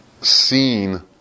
seen